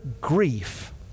grief